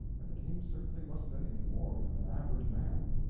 and the king certainly wasn't anything more than an average man,